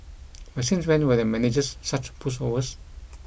but since when were the managers such pushovers